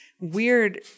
weird